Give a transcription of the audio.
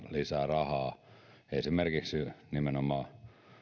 lisää rahaa esimerkiksi nimenomaan